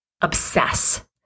obsess